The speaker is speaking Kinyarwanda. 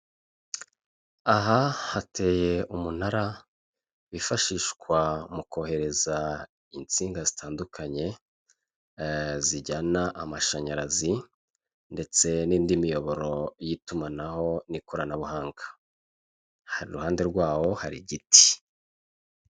Aha hateye umunara wifashishwa mu kohereza insinga zitandukanye, zijyana amashanyarazi, ndetse n'indi miyoboro y'itumanaho n'ikoranabuhanga. Hari iruhande rwawo hari igiti.